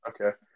Okay